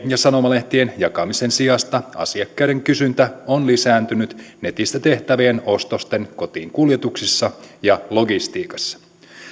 ja sanomalehtien jakamisen sijasta asiakkaiden kysyntä on lisääntynyt netistä tehtävien ostosten kotiinkuljetuksissa ja logistiikassa